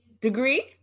Degree